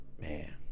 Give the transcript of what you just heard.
man